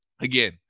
again